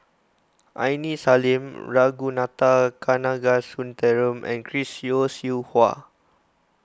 Aini Salim Ragunathar Kanagasuntheram and Chris Yeo Siew Hua